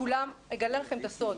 אגלה לכם סוד,